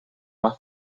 más